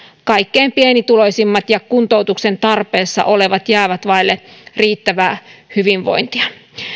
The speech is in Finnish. kaikkein pienituloisimmat ja kuntoutuksen tarpeessa olevat jäävät vaille riittävää hyvinvointia